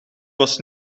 was